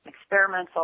experimental